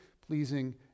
pleasing